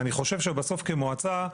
ואני חושב שבסוף כמועצה,